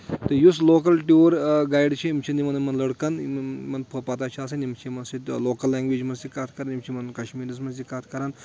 تہٕ یُس local tour guide چھِ یِم چھِنہٕ یِمَن یِمَن لڑکَن یِمَن پتہ چھِ آسن یِم چھِ یِمَن سۭتۍ لوکَل لینٛگویج منٛز تہِ کَتھ کَران یِم چھِ یِمن کشمیٖرَس منٛز تہِ کَتھ کَران